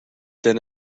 then